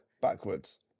backwards